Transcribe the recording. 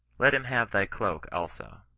let him have thy cloak also.